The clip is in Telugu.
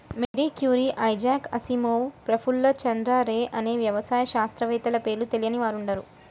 Mary Curie, Isaac Asimov, Prafulla Chandra Ray అనే వ్యవసాయ శాస్త్రవేత్తల పేర్లు తెలియని వారుండరు